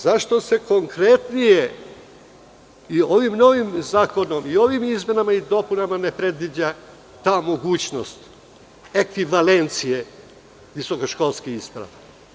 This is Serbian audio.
Zašto se konkretnije i ovim novim zakonom, i ovim izmenama i dopunama ne predviđa ta mogućnost ekvivalencije visokoškolskih isprava?